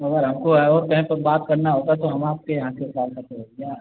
तो अगर हमको और कहीं पर बात करना होता तो हम आपके यहाँ ऐसे कॉल करते भैया